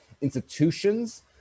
institutions